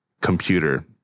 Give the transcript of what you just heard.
computer